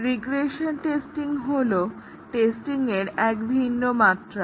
regression testing হলো টেস্টিংয়ের এক ভিন্ন মাত্রা